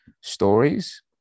stories